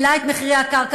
העלה את מחירי הקרקע.